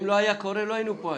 אם זה לא היה קורה לא היינו פה היום.